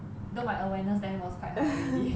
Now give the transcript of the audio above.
though my awareness then was quite high already